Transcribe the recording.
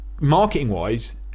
Marketing-wise